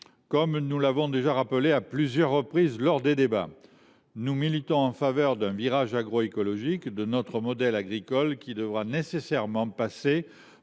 Comme nous l’avons déjà rappelé à plusieurs reprises, nous militons en faveur d’un virage agroécologique de notre modèle agricole, qui devra nécessairement passer